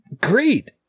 great